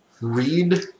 Read